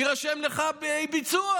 יירשם לך אי-ביצוע.